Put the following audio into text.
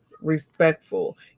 respectful